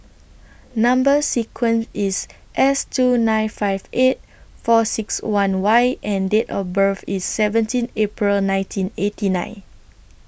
Number sequence IS S two nine five eight four six one Y and Date of birth IS seventeen April nineteen eighty nine